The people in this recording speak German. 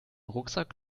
rucksack